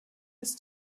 ist